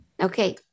Okay